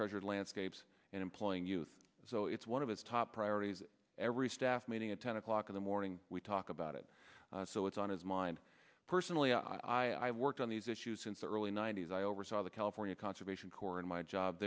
treasured landscapes and employing youth so it's one of his top priorities every staff meeting at ten o'clock in the morning we talk about it so it's on his mind personally i've worked on these issues since the early ninety's i oversaw the california conservation corps and my job